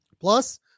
Plus